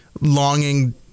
longing